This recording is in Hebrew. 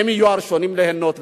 הם יהיו הראשונים ליהנות.